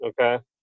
Okay